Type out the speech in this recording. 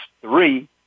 three